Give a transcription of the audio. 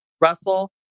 Russell